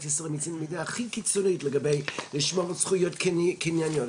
ישראל הכי קיצונית לגבי לשמור זכויות קנייניות,